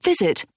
Visit